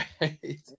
right